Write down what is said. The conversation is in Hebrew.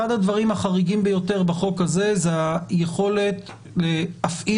אחד הדברים החריגים ביותר בחוק הזה זה היכולת להפעיל